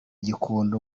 gikondo